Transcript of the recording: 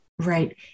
Right